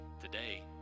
today